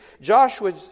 Joshua